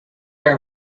are